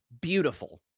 beautiful